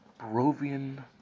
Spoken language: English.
Barovian